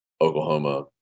Oklahoma